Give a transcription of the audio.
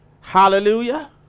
hallelujah